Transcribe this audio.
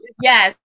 Yes